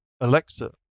Alexa